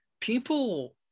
people